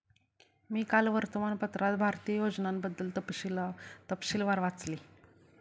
मी काल वर्तमानपत्रात भारतीय योजनांबद्दल तपशीलवार वाचले